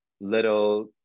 little